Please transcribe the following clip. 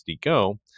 Go